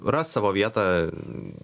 ras savo vietą